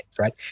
right